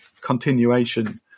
continuation